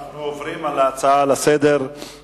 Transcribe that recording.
אנחנו עוברים לנושא הבא בסדר-היום: